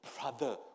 brother